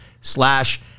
slash